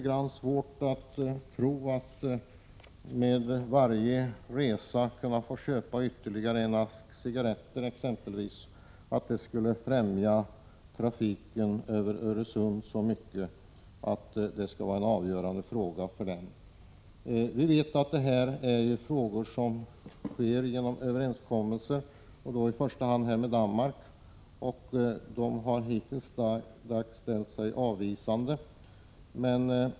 Jag har svårt att tro att möjligheten för den resande att på varje resa få köpa ytterligare ett paket cigarretter skulle främja trafiken över Öresund så mycket att det skulle ha avgörande betydelse för denna. Som bekant har regeringen träffat överenskommelser om denna försäljning, i första hand med Danmark, där man hittills ställt sig starkt avvisande till förändringar.